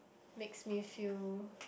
makes me feel